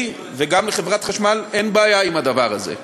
לי, וגם לחברת החשמל, אין בעיה עם הדבר הזה.